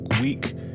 week